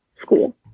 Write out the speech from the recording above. school